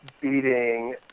beating